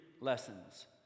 lessons